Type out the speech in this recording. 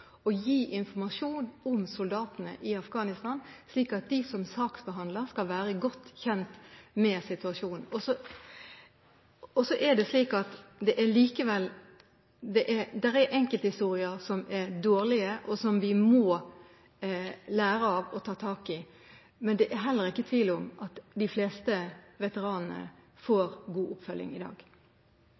å gi informasjon om soldatene i Afghanistan, slik at de som saksbehandlere skal være godt kjent med situasjonen. Så er det enkelthistorier som er dårlige, og som vi må lære av og ta tak i. Men det er heller ikke tvil om at de fleste veteranene får god oppfølging i dag.